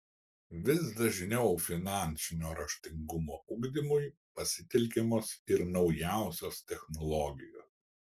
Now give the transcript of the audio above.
vis dažniau finansinio raštingumo ugdymui pasitelkiamos ir naujausios technologijos